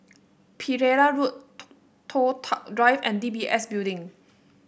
Pereira Road Toh Tuck Drive and D B S Building